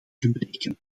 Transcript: gebreken